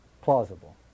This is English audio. plausible